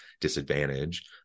disadvantage